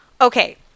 Okay